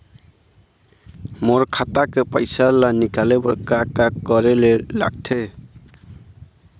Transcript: मोर खाता के पैसा ला निकाले बर का का करे ले लगथे?